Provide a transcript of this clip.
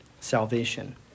salvation